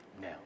Now